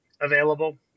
available